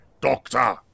Doctor